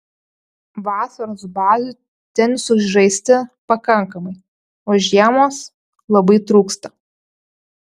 vasaros bazių tenisui žaisti pakankamai o žiemos labai trūksta